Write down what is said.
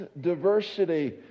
diversity